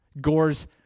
Gore's